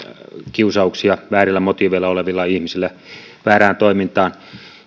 kiusauksia väärillä motiiveilla oleville ihmisille väärään toimintaan